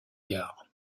gares